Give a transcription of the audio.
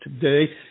today